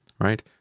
right